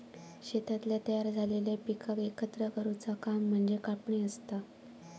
शेतातल्या तयार झालेल्या पिकाक एकत्र करुचा काम म्हणजे कापणी असता